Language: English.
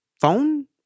phone